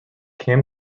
kim